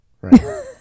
right